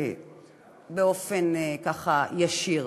באופן ישיר.